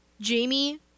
Jamie